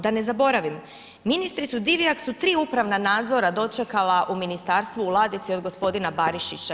Da ne zaboravim, ministricu Divjak su tri upravna nadzora dočekala u ministarstvu u ladici od gospodina Barišića.